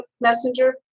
Messenger